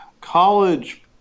College